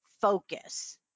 focus